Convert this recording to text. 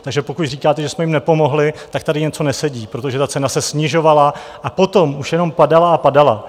Takže pokud říkáte, že jsme jim nepomohli, tak tady něco nesedí, protože ta cena se snižovala a potom už jenom padala a padala.